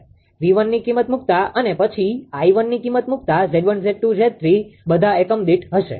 𝑉1 ની કિમત મુક્તા અને પછી 𝐼1ની કિમત મુકતા 𝑍1 𝑍2 𝑍3 બધા એકમ દીઠ હશે